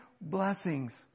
blessings